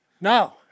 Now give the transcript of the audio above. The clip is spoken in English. No